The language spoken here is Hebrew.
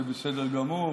זה בסדר גמור,